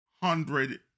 Hundred